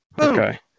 Okay